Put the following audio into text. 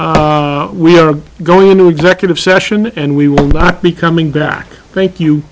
i we are going into executive session and we will not be coming back thank you